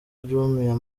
jumia